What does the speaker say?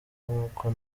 nkuko